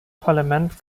parlament